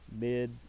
mid